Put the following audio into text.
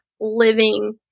living